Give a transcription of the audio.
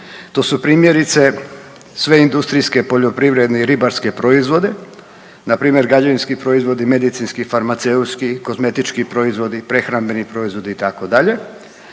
To su primjerice sve industrijske poljoprivredni i ribarski proizvode npr. građevinski proizvodi, medicinski, farmaceutski, kozmetički proizvodi, prehramben proizvodi itd.